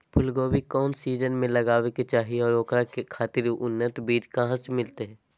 फूलगोभी कौन सीजन में लगावे के चाही और ओकरा खातिर उन्नत बिज कहा से मिलते?